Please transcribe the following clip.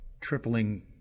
tripling